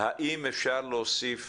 האם אפשר להוסיף